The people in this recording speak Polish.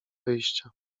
wyjścia